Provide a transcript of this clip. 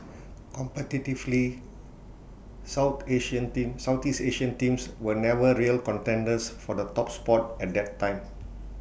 competitively south Asian team Southeast Asian teams were never real contenders for the top spot at that time